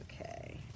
Okay